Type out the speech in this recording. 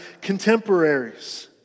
contemporaries